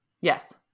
Yes